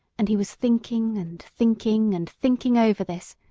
and he was thinking and thinking and thinking over this,